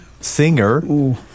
singer